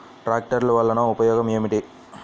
ట్రాక్టర్లు వల్లన ఉపయోగం ఏమిటీ?